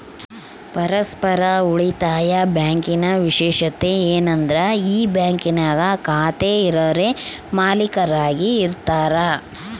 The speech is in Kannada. ಪರಸ್ಪರ ಉಳಿತಾಯ ಬ್ಯಾಂಕಿನ ವಿಶೇಷತೆ ಏನಂದ್ರ ಈ ಬ್ಯಾಂಕಿನಾಗ ಖಾತೆ ಇರರೇ ಮಾಲೀಕರಾಗಿ ಇರತಾರ